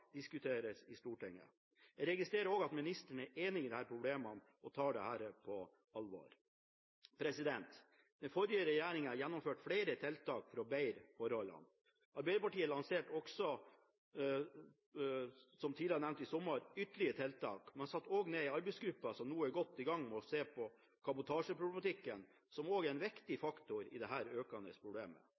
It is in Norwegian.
diskuteres i Stortinget. Jeg registrerer også at ministeren er enig i disse problemene og tar dette på alvor. Den forrige regjeringen gjennomførte flere tiltak for å bedre forholdene. Arbeiderpartiet lanserte også, som tidligere nevnt, i sommer ytterligere tiltak. Man satte også ned en arbeidsgruppe som nå er godt i gang med å se på kabotasjeproblematikken, som også er en viktig faktor i dette økende problemet.